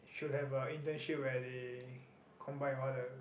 should have a internship where they combine with all the